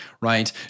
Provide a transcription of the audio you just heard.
right